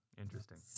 interesting